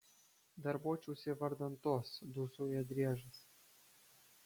darbuočiausi vardan tos dūsauja driežas